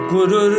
Guru